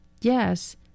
Yes